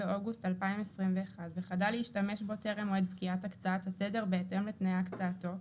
2/8/2021 וחדל להשתמש בו טרם מועד פקיעת הקצאת התדר בהתאם לתנאי הקצאתו,